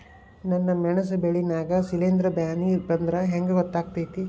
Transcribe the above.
ನನ್ ಮೆಣಸ್ ಬೆಳಿ ನಾಗ ಶಿಲೇಂಧ್ರ ಬ್ಯಾನಿ ಬಂದ್ರ ಹೆಂಗ್ ಗೋತಾಗ್ತೆತಿ?